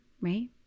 right